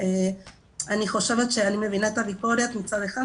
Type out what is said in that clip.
אני חושבת שאני מבינה את הביקורת מצד אחד.